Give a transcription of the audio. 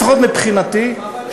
לפחות מבחינתי,